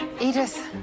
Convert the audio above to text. Edith